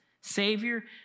savior